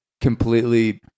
completely